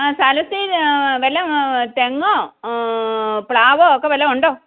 ആ സ്ഥലത്തിന് വല്ല തെങ്ങോ പ്ലാവോ ഓക്കോ വല്ലതും ഉണ്ടോ